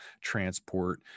transport